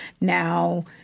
now